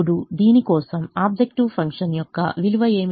ఇప్పుడు దీని కోసం ఆబ్జెక్టివ్ ఫంక్షన్ యొక్క విలువ ఏమిటి